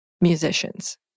musicians